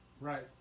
Right